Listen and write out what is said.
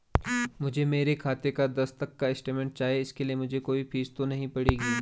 मुझे मेरे खाते का दस तक का स्टेटमेंट चाहिए इसके लिए मुझे कोई फीस तो नहीं पड़ेगी?